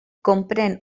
comprèn